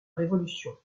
révolution